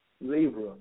libra